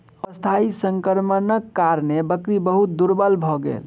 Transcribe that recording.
अस्थायी संक्रमणक कारणेँ बकरी बहुत दुर्बल भ गेल